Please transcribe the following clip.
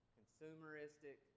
consumeristic